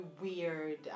weird